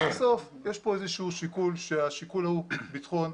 בסוף יש פה שיקול כשהשיקול הוא ביטחון,